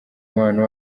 umubano